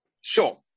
Sure